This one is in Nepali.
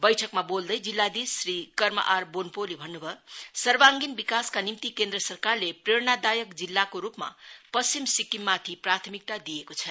बैठकमा बोल्दै जिल्लाधीश श्री कर्म आर बोन्पोले भन्न् भयो सर्वाङ्गिन विकासका निम्ति केन्द्र सरकारले प्रेरणादायक जिल्लाको रूपमा पश्चिम सिक्किमाथि प्राथमिकता दिएको छ